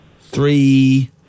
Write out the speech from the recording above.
three